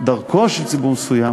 דרכו של ציבור מסוים,